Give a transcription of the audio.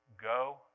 go